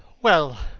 well,